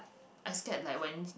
I scared like when